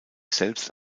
selbst